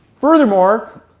Furthermore